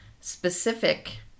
specific